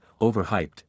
overhyped